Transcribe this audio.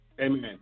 Amen